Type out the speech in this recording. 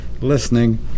listening